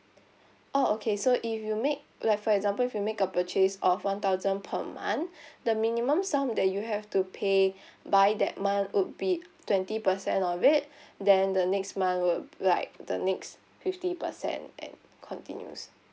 oh okay so if you make like for example if you make a purchase of one thousand per month the minimum sum that you have to pay by that month would be twenty percent of it then the next month would like the next fifty percent and continuous